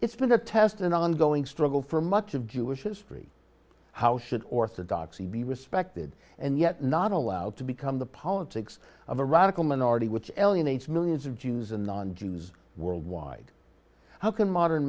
it's been the test and ongoing struggle for much of jewish history how should orthodoxy be respected and yet not allowed to become the politics of a radical minority which alienates millions of jews and non jews worldwide how can modern